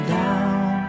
down